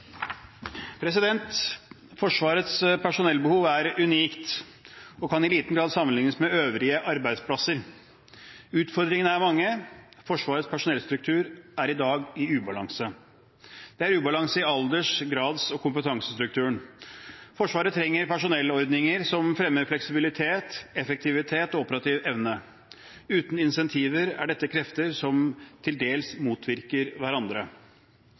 unikt og kan i liten grad sammenlignes med øvrige arbeidsplasser. Utfordringene er mange. Forsvarets personellstruktur er i dag i ubalanse. Det er ubalanse i alders-, grads- og kompetansestrukturen. Forsvaret trenger personellordninger som fremmer fleksibilitet, effektivitet og operativ evne. Uten incentiver er dette krefter som til dels motvirker hverandre.